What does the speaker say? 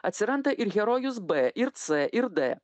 atsiranda ir herojus b ir c ir d